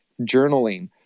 journaling